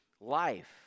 life